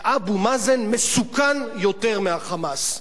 שאבו מאזן מסוכן יותר מה"חמאס".